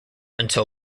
until